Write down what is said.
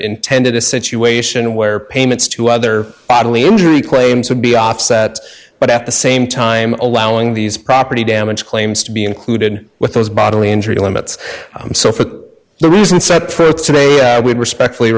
intended a situation where payments to other bodily injury claims would be offset but at the same time allowing these property damage claims to be included with those bodily injury limits so for the reason set for today i would respectfully